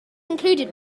included